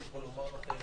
אני יכול לומר לכם